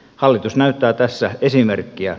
hallitus näyttää tässä esimerkkiä